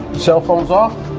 cellphones off?